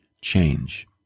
change